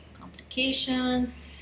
complications